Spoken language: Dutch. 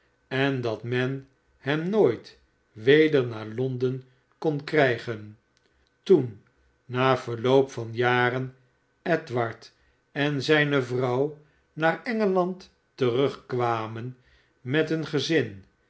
en dat men hem nooit weder naar londen kon krrjgen toen na verloop van jaren edward en zijne vrouw naar en g eland'terugkwamen met een gezin